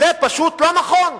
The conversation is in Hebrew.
זה פשוט לא נכון.